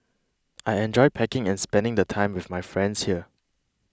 I enjoy packing and spending the time with my friends here